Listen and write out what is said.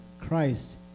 Christ